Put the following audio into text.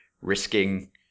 risking